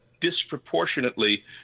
disproportionately